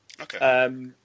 Okay